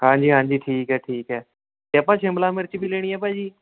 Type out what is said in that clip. ਹਾਂਜੀ ਹਾਂਜੀ ਠੀਕ ਹੈ ਠੀਕ ਹੈ ਅਤੇ ਆਪਾਂ ਸ਼ਿਮਲਾ ਮਿਰਚ ਵੀ ਲੈਣੀ ਹੈ ਭਾਅ ਜੀ